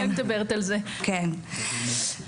אז ככה,